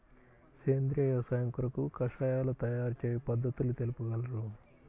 సేంద్రియ వ్యవసాయము కొరకు కషాయాల తయారు చేయు పద్ధతులు తెలుపగలరు?